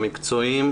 המקצועיים,